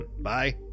Bye